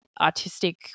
artistic